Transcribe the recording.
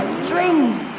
strings